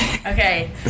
Okay